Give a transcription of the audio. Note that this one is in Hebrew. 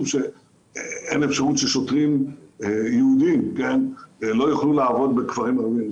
שאין אפשרות ששוטרים יהודים יוכלו לעבוד בכפרים ערבים.